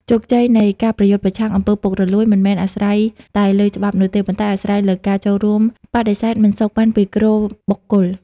ជោគជ័យនៃការប្រយុទ្ធប្រឆាំង អំពើពុករលួយ មិនមែនអាស្រ័យតែលើច្បាប់នោះទេ ប៉ុន្តែអាស្រ័យលើការចូលរួមបដិសេធមិនសូកប៉ាន់ពីគ្រប់បុគ្គល។